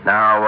Now